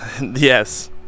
Yes